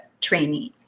training